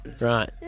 Right